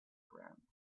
ground